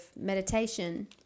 meditation